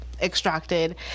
extracted